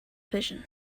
fission